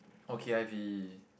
oh k_i_v